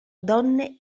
donne